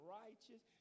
righteous